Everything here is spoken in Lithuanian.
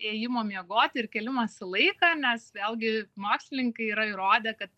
ėjimo miegoti ir kėlimosi laiką nes vėlgi mokslininkai yra įrodę kad